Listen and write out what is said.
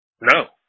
no